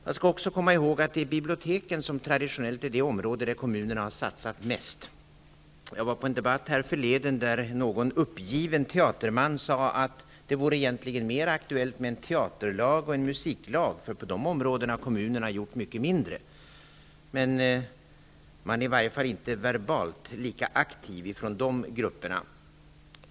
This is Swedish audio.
Vi skall också komma ihåg att biblioteken traditionellt är det område där kommunerna har satsat mest. Jag deltog i en debatt härförleden där någon uppgiven teaterman sade att det egentligen vore mera aktuellt med en teaterlag eller en musiklag, för på dessa områden har kommunerna gjort mycket mindre. Men man är i varje fall inte verbalt lika aktiv från dessa grupper.